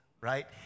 right